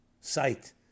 sight